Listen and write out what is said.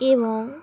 এবং